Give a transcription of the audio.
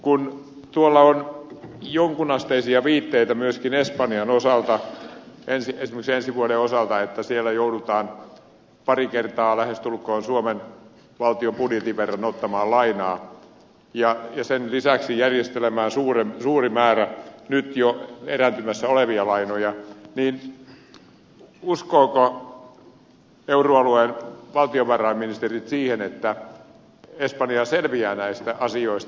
kun tuolla on jonkinasteisia viitteitä myöskin espanjan osalta esimerkiksi ensi vuoden osalta että siellä joudutaan pari kertaa lähestulkoon suomen valtion budjetin verran ottamaan lainaa ja sen lisäksi järjestelemään suuri määrä nyt jo erääntymässä olevia lainoja niin uskovatko euroalueen valtiovarainministerit siihen että espanja selviää näistä asioista